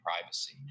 privacy